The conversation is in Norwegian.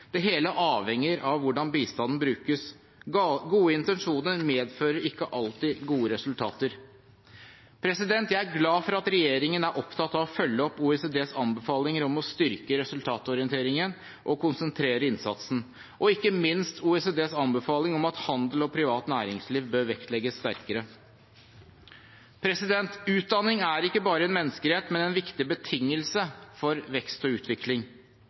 Det hele avhenger av hvordan bistanden brukes. Gode intensjoner medfører ikke alltid gode resultater. Jeg er glad for at regjeringen er opptatt av å følge opp OECDs anbefalinger om å styrke resultatorienteringen, og konsentrere innsatsen, og ikke minst OECDs anbefaling om at handel og privat næringsliv bør vektlegges sterkere. Utdanning er ikke bare en menneskerett, men en viktig betingelse for vekst og utvikling.